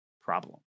problem